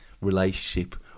relationship